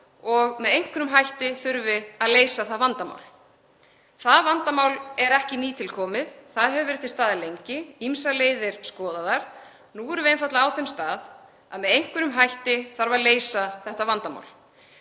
að með einhverjum hætti þurfi að leysa það vandamál. Það vandamál er ekki nýtilkomið. Það hefur verið til staðar lengi og ýmsar leiðir skoðaðar. Nú erum við einfaldlega á þeim stað að með einhverjum hætti þarf að leysa þetta vandamál.